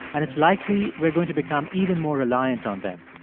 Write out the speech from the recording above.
and it's likely we're going to become even more reliant on them.